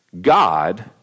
God